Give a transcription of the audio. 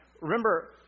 Remember